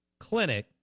Clinic